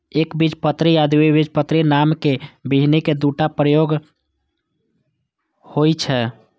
एकबीजपत्री आ द्विबीजपत्री नामक बीहनि के दूटा प्रकार होइ छै